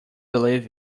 believe